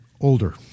older